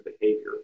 behavior